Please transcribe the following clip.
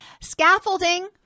Scaffolding